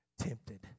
tempted